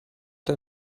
der